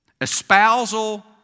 Espousal